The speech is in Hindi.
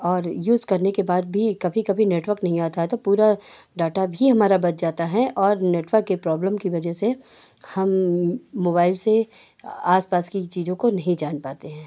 और यूज़ करने के बाद भी कभी कभी नेटवर्क नहीं आता है तो पूरा डाटा भी हमारा बच जाता है और नेटवर्क के प्रॉब्लम की वज़ह से हम मोबाइल से आसपास की चीज़ों को नहीं जान पाते हैं